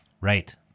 Right